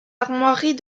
armoiries